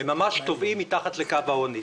הם ממש טובעים מתחת לקו העוני.